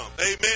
Amen